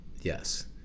Yes